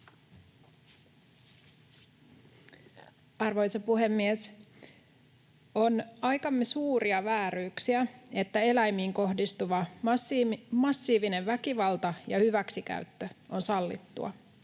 Arvoisa puhemies! On aikamme suuria vääryyksiä, että eläimiin kohdistuva massiivinen väkivalta ja hyväksikäyttö on sallittua.